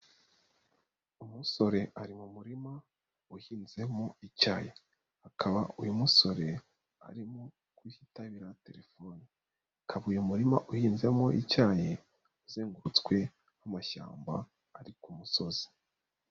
Umusore ari mu murima uhinzemo mu icyayi. Akaba uyu musore arimo kuhitabira telefone. Akaba uyu murima uhinzemo icyayi, uzengurutswe amashyamba ari ku musozi.